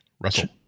Russell